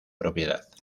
propiedad